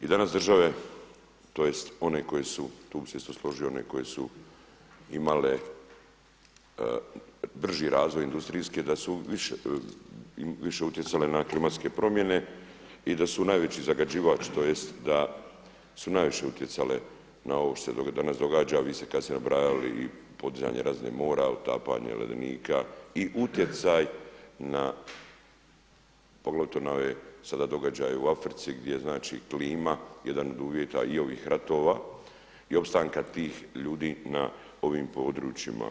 I danas države tj. one koje su, tu bi se isto složio, one koje su imale brži razvoj industrijski da su više utjecale na klimatske promjene i da su najveći zagađivač tj. da su najviše utjecale na ovo što se danas događa, a vi ste kada ste nabrajali i podizanje razine mora, otapanje ledenika i utjecaj na ove sada događaje u Africi gdje klima jedan od uvjeta i ovih ratova i opstanka tih ljudi na ovim područjima.